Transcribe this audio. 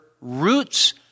roots